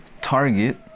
Target